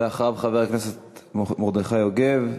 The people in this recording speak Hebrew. אחריו חבר הכנסת מרדכי יוגב,